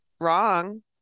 wrong